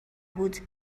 بود